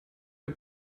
mir